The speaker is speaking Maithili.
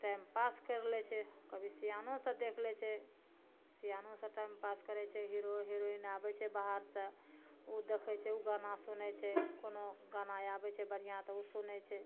टाइम पास कैर लै छै कभी सियानो सब देख लै छै सियानो सब टाइम पास करै छै हीरो हिरोइन आबै छै बाहर सए तऽ ओ देखै छै ओ गाना सुनै छै कोनो गाना आबै छै बढ़िऑं तऽ ओ सुनै छै